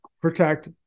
protect